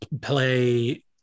play